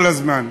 כל הזמן,